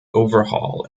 overhaul